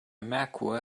merkur